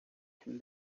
can